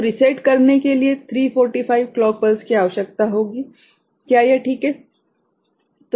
तो रीसेट करने के लिए 345 क्लॉक पल्स की आवश्यकता होगी क्या यह ठीक है